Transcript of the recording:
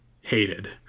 hated